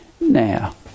Now